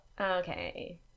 Okay